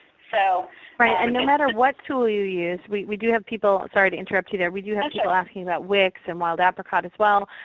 so um no matter what tool you use, we do have people sorry to interrupt you there. we do have people asking about wix and wild apricot as well.